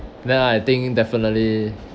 then I think definitely